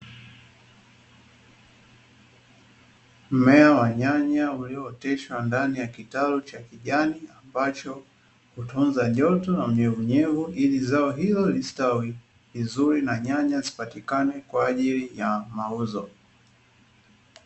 Mmea wa nyanya uliooteshwa ndani ya kitalu cha kijani, ambacho hutunza joto na unyevunyevu ili zao hilo listawi vizuri na nyanya zipatikane kwa ajili ya mauzo.